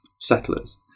settlers